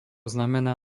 znamená